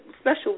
special